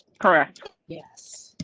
correct? yes.